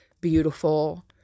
beautiful